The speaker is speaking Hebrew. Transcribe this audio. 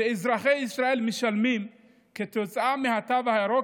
שאזרחי ישראל משלמים על התו הירוק,